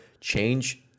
change